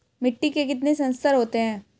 मिट्टी के कितने संस्तर होते हैं?